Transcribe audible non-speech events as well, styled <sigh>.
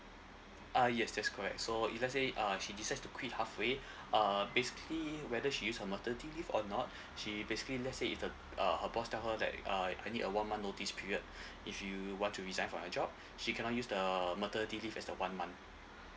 uh yes that's correct so if let's say uh she decide to quit halfway <breath> uh basically whether she use her maternity leave or not <breath> she basically let's say if uh her boss tells her that uh any uh one month notice period <breath> if you want to resign from her job <breath> she cannot use the maternity leave for her one month